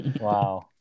Wow